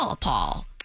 Paul